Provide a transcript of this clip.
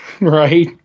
Right